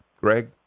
Greg